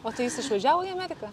o tai jis išvažiavo į ameriką